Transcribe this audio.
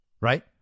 right